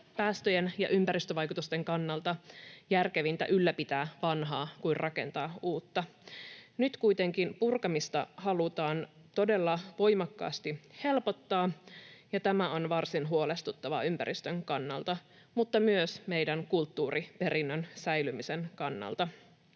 päästöjen ja ympäristövaikutusten kannalta järkevämpää ylläpitää vanhaa kuin rakentaa uutta. Nyt kuitenkin purkamista halutaan todella voimakkaasti helpottaa, ja tämä on varsin huolestuttavaa ympäristön kannalta, mutta myös meidän kulttuuriperinnön säilymisen kannalta.